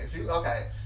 Okay